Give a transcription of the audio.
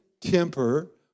temper